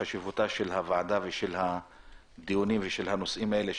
לחשיבותה של הוועדה והדיונים האלה.